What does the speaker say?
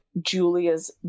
Julia's